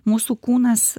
mūsų kūnas